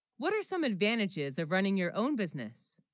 what are some advantages of running your own business